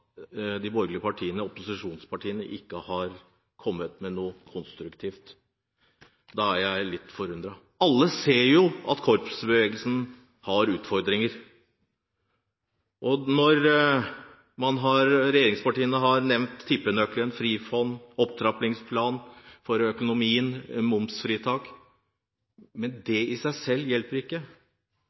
de borgerlige partiene og opposisjonspartiene ikke har kommet med noe konstruktivt. Da blir jeg litt forundret. Alle ser at korpsbevegelsen har utfordringer. Regjeringspartiene har nevnt tippenøkkelen, Frifond, opptrappingsplan for økonomien og momsfritak. Men det i seg selv hjelper ikke.